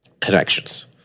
connections